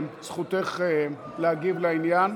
זכותך להגיב לעניין,